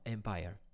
Empire